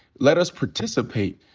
let us participate.